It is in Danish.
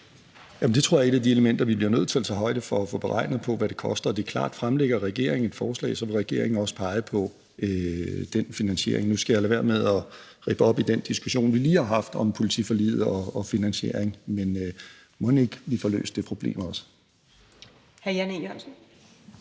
Det tror jeg er et af de elementer, vi bliver nødt til at tage højde for og få regnet på hvad koster. Det er klart, at fremsætter regeringen et forslag, vil regeringen også pege på den finansiering. Nu skal jeg lade være med at ribbe op i den diskussion, vi lige har haft om politiforliget og finansieringen, men mon vi ikke også får løst dette problem.